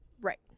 Right